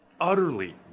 utterly